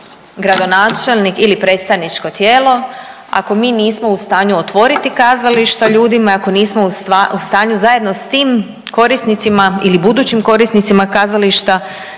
gradonačelnik ili predstavničko tijelo ako mi nismo u stanju otvoriti kazališta ljudima, ako nismo u stanju zajedno s tim korisnicima ili budućim korisnicima kazališta